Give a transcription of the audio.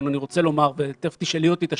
אני לא יכולה להגיד לכם שזה כל